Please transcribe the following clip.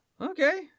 Okay